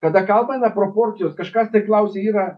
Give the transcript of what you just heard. kada kalbame proporcijos kažkas tai klausė yra